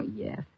yes